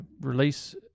release